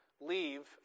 leave